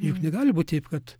juk negali būti teip kad